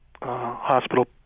hospital